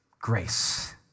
grace